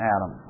Adam